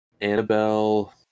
annabelle